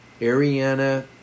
Ariana